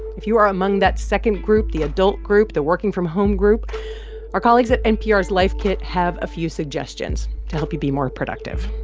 if you are among that second group the adult group, the working-from-home group our colleagues at npr's life kit have a few suggestions to help you be more productive.